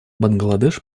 бангладеш